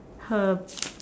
her